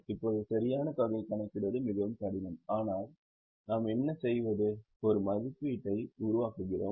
இப்போது சரியான தொகையை கணக்கிடுவது மிகவும் கடினம் ஆனால் நாம் என்ன செய்வது ஒரு மதிப்பீட்டை உருவாக்குகிறோம்